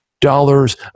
dollars